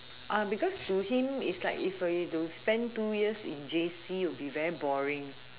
because to him it's like if he were to spend two year in J_C it will be very boring